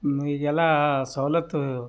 ಈಗೆಲ್ಲ ಸವಲತ್ತು